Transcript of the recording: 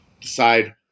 decide